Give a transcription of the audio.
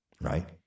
right